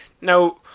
Now